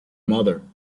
mother